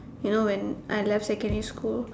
you know when I left secondary school